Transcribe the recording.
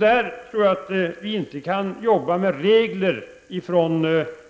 Här tror jag inte att vi kan arbeta med regler från